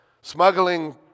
smuggling